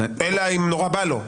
אלא אם נורא בא לו.